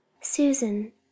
susan